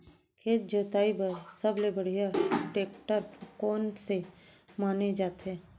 खेत जोताई बर सबले बढ़िया टेकटर कोन से माने जाथे?